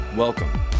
Welcome